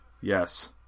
yes